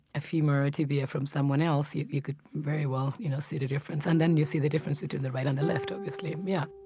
a femur or a tibia from someone else you you could very well you know see the difference. and then you see the difference between the right and the left, obviously. yeah